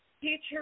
teacher